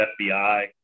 FBI